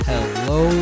Hello